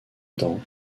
temps